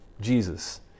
Jesus